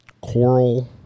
Coral